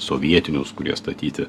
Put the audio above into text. sovietinius kurie statyti